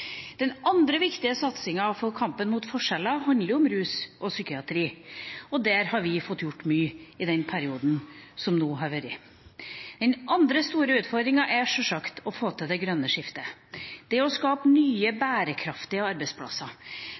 Den andre viktige satsingen for kampen mot forskjeller handler om rus og psykiatri, og der har vi fått gjort mye i den perioden som nå har vært. Den andre store utfordringen er sjølsagt å få til det grønne skiftet, det å skape nye, bærekraftige arbeidsplasser,